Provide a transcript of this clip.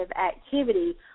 activity